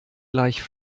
gleich